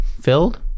filled